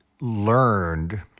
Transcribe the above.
learned